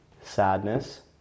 sadness